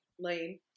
Lane